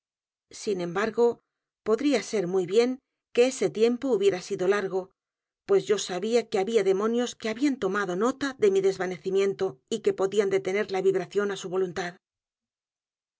sin embargo podía ser muy bien que ese tiempo hubiera sido largo pues yo sabía que había demonios que habían tomado nota de mi desvanecimiento y que podían detener la vibración á su voluntad